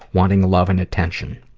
wanting love and attention.